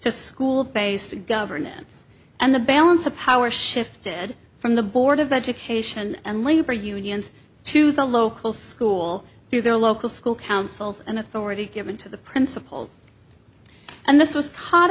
just school base to governance and the balance of power shifted from the board of education and labor unions to the local school through their local school councils and authority given to the principals and this was hot